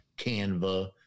Canva